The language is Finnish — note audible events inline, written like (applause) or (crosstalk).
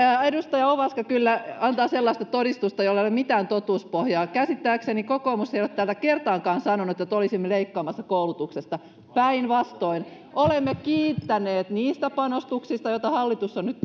edustaja ovaska kyllä antaa sellaista todistusta jolla ei ole mitään totuuspohjaa käsittääkseni kokoomus ei ole täältä kertaakaan sanonut että olisimme leikkaamassa koulutuksesta päinvastoin olemme kiittäneet niistä panostuksista joita hallitus on nyt (unintelligible)